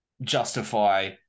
justify